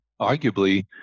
arguably